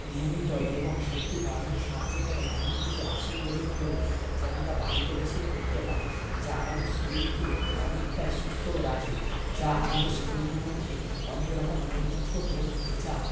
নিয়মিত এবং শক্তি বাড়ানো সাহায্য করে এমন কিছু আসনগুলি হল যা আমরা বাড়িতে বসেই করতে পারি যা আমাদের শরীরকে অনেকটাই সুস্থ রাখে যা আমাদের শরীরের মধ্যে অনেক রকম রোগ মুক্ত হয়ে থাকে যা